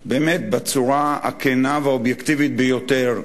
באמת, בצורה הכנה והאובייקטיבית ביותר,